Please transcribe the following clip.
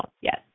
Yes